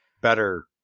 better